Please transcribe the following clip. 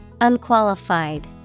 Unqualified